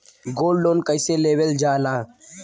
Gold loan कईसे लेवल जा ला?